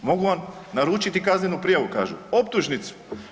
Mogu vam naručiti kaznenu prijavu, kažu, optužnicu.